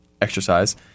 exercise